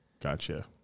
Gotcha